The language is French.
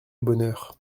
bonheur